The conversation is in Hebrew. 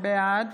בעד